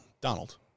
Donald